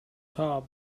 club